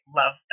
love